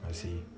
I see